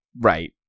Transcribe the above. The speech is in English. Right